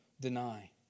deny